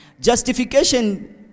Justification